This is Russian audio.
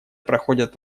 проходят